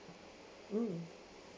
mm